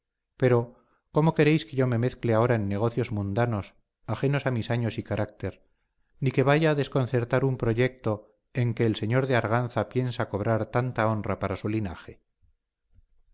pero cómo queréis que yo me mezcle ahora en negocios mundanos ajenos a mis años y carácter ni que vaya a desconcertar un proyecto en que el señor de arganza piensa cobrar tanta honra para su linaje